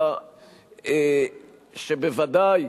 שבוודאי,